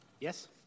Yes